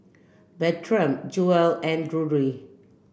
Bertram Jewell and Drury